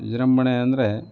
ವಿಜೃಂಭಣೆ ಅಂದರೆ